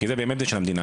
כי זה באמת של המדינה.